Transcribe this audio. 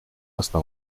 hasta